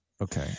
Okay